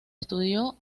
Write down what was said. estudió